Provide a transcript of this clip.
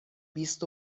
بیست